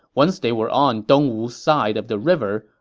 once they were on dongwu's side of the river,